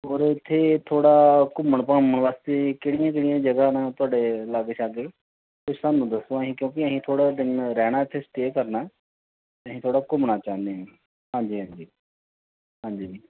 ਔਰ ਇੱਥੇ ਥੋੜ੍ਹਾ ਘੁੰਮਣ ਘਾਮਣ ਵਾਸਤੇ ਕਿਹੜੀਆਂ ਕਿਹੜੀਆਂ ਜਗ੍ਹਾ ਨਾ ਤੁਹਾਡੇ ਲਾਗੇ ਛਾਗੇ ਅਤੇ ਸਾਨੂੰ ਦੱਸੋ ਅਸੀਂ ਕਿਉਂਕਿ ਅਸੀਂ ਥੋੜ੍ਹਾ ਦਿਨ ਰਹਿਣਾ ਇੱਥੇ ਸਟੇਅ ਕਰਨਾ ਅਸੀਂ ਥੋੜ੍ਹਾ ਘੁੰਮਣਾ ਚਾਹੁੰਨੇ ਹਾਂ ਹਾਂਜੀ ਹਾਂਜੀ ਹਾਂਜੀ